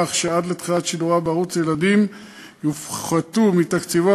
כך שעד לתחילת שידוריו בערוץ לילדים ולנוער יופחתו מתקציבו